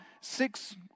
six